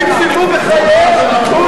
סדרנים, תוציאו את מולה מפה.